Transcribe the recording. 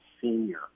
senior